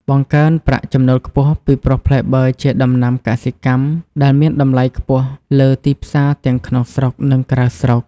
បង្កើនប្រាក់ចំណូលខ្ពស់ ពីព្រោះផ្លែបឺរជាដំណាំកសិកម្មដែលមានតម្លៃខ្ពស់លើទីផ្សារទាំងក្នុងស្រុក និងក្រៅប្រទេស។